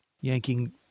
Yanking